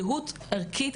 זהות ערכית,